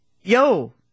yo